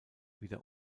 wieder